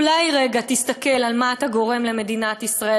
אולי רגע תסתכל מה אתה גורם למדינת ישראל